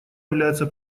является